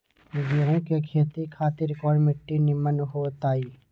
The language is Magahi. गेंहू की खेती खातिर कौन मिट्टी निमन हो ताई?